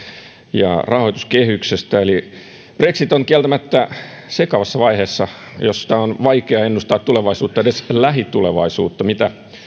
ja rahoituskehyksestä brexit on kieltämättä sekavassa vaiheessa josta on vaikea ennustaa tulevaisuutta edes lähitulevaisuutta mitä